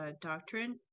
doctrine